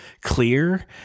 clear